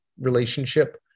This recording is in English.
relationship